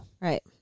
Right